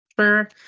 Sure